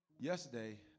Yesterday